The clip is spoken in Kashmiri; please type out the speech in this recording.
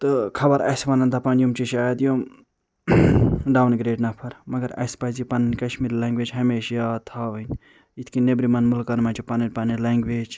تہٕ خبر اسہِ وَنن دَپن یِم چھِ شاید یِم ڈوُن گرٛیڈ نفر مگر اسہِ پَزِ یہِ پنٕنۍ کشمیٖری لنٛگویج ہمشہٕ یاد تھاوٕنۍ یِتھ کٔنۍ نیٚبرِمیٚن مُلکن منٛز چھِ پنٕنۍ پنٕنۍ لنٛگویج